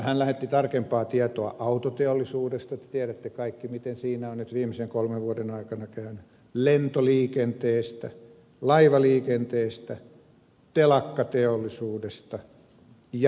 ystäväni lähetti tarkempaa tietoa autoteollisuudesta te tiedätte kaikki miten siinä on nyt viimeisen kolmen vuoden aikana käynyt lentoliikenteestä laivaliikenteestä telakkateollisuudesta ja metsäteollisuudesta